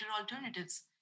alternatives